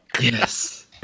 Yes